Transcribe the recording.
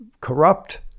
corrupt